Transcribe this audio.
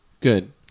Good